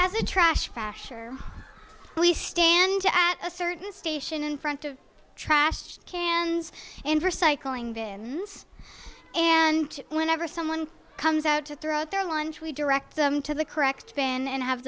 as a trash fasher police stand to at a certain station in front of trash cans and for cycling bin and whenever someone comes out to throw out their lunch we direct them to the correct bin and have